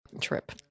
trip